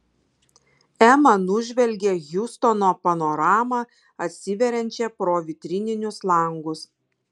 ema nužvelgė hjustono panoramą atsiveriančią pro vitrininius langus